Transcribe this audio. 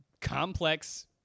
complex